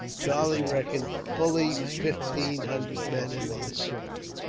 charlie reckoned, fully fifteen hundred men in the assault.